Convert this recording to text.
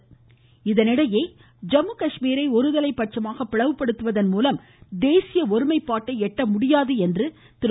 ராகுல் இதனிடையே ஜம்மு காஷ்மீரை ஒருதலைப்பட்சமாக பிளவுபடுத்துவதன் மூலம் தேசிய ஒருமைப்பாட்டை எட்ட முடியாது என்று திரு